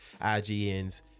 ign's